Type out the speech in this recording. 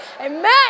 amen